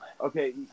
okay